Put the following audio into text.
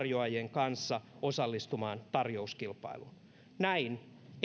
kanssa osallistumaan tarjouskilpailuun näin ei hansel tällä hetkellä toimi